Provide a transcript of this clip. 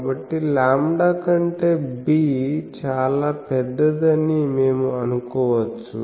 కాబట్టి లాంబ్డా కంటే b చాలా పెద్దదని మేము అనుకోవచ్చు